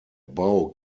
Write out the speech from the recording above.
bau